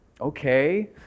Okay